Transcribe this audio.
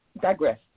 digress